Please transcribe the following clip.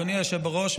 אדוני היושב בראש,